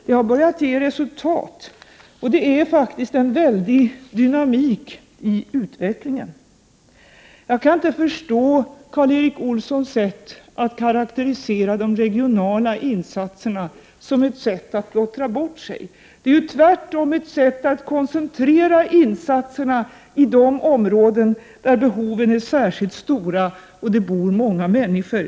Det har börjat ge resultat. Det är faktiskt en väldig dynamik i utvecklingen! Jag kan inte förstå Karl Erik Olssons sätt att karakterisera de regionala insatserna som ett sätt att plottra bort sig. Det är ju tvärtom ett sätt att koncentrera insatserna till de områden där behoven är särskilt stora och där det bor många människor.